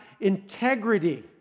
integrity